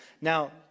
Now